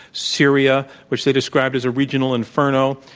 syria, which they described as a regional inferno,